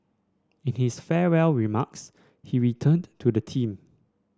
it is farewell remarks he returned to the theme